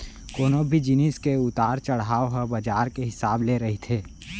कोनो भी जिनिस के उतार चड़हाव ह बजार के हिसाब ले रहिथे